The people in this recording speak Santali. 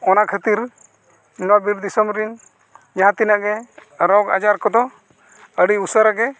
ᱚᱱᱟ ᱠᱷᱟᱹᱛᱤᱨ ᱱᱚᱣᱟ ᱵᱤᱨ ᱫᱤᱥᱚᱢ ᱨᱤᱱ ᱡᱟᱦᱟᱸ ᱛᱤᱱᱟᱹᱜ ᱜᱮ ᱨᱳᱜᱽ ᱟᱡᱟᱨ ᱠᱚᱫᱚ ᱟᱹᱰᱤ ᱩᱥᱟᱹᱨᱟ ᱜᱮ